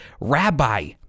rabbi